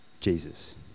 Jesus